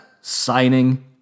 signing